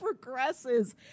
progresses